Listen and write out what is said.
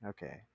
Okay